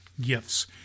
gifts